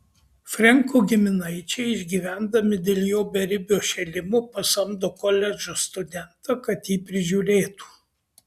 frenko giminaičiai išgyvendami dėl jo beribio šėlimo pasamdo koledžo studentą kad jį prižiūrėtų